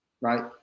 Right